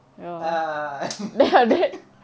err